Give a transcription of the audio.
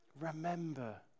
Remember